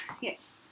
Yes